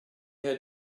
had